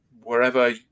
wherever